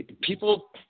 people